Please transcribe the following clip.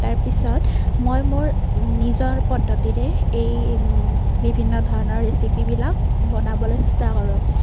তাৰ পিছত মই মোৰ নিজৰ পদ্ধতিৰে এই বিভিন্ন ধৰণৰ ৰেচিপিবিলাক বনাবলৈ চেষ্টা কৰোঁ